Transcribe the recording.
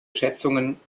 schätzungen